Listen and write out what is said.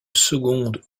seconde